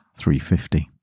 350